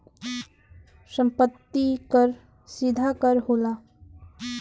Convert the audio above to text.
सम्पति कर सीधा कर होला